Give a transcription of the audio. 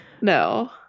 No